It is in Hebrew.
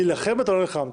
להילחם, אתה לא נלחם.